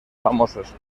famosos